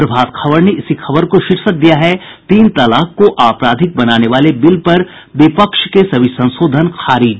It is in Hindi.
प्रभात खबर ने इसी खबर का शीर्षक दिया है तीन तलाक को आपराधिक बनाने वाले बिल पर विपक्ष के सभी संशोधन खारिज